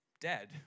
dead